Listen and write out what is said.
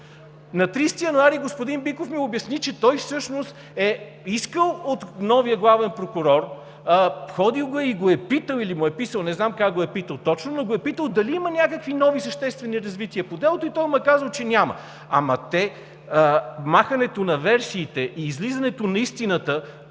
На 30 януари господин Биков ми обясни, че той всъщност е искал от новия главен прокурор, ходил е и го е питал, или му е писал, не знам как го е питал точно, но го е питал дали има някакви нови, съществени развития по делото и той му е казал, че няма. Махането на версиите и излизането на истината